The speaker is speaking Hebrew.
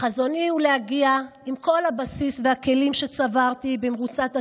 חזוני הוא להגיע עם כל הבסיס והכלים שצברתי במרוצת השנים,